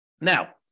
Now